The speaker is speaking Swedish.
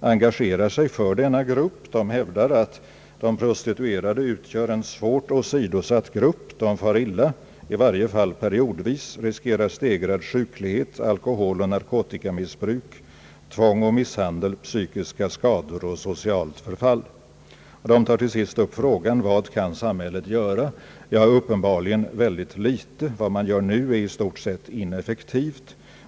engagerar sig för denna grupp. De hävdar att de prostituerade utgör en svårt åsidosatt grupp: de far illa, i varje fall periodvis, de riskerar stegrad sjuklighet, alkoholoch narkotikamissbruk, tvång och misshandel, psykiska skador och socialt förfall. Till sist tar makarna Inghe upp frågan: Vad kan samhället göra? Uppenbarligen väldigt litet. Vad man gör nu är i stort sett ineffektivt.